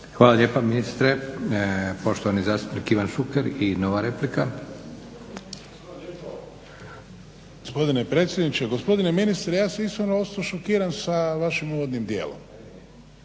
Hvala lijepa ministre. Poštovani zastupnik Ivan Šuker i nova replika. **Šuker, Ivan (HDZ)** Hvala lijepo gospodine predsjedniče. Gospodine ministre ja sam iskreno ostao šokiran sa vašim uvodnim dijelom.